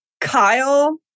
Kyle